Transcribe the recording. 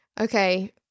Okay